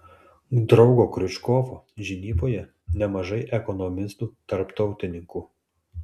draugo kriučkovo žinyboje nemažai ekonomistų tarptautininkų